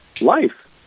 life